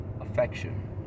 affection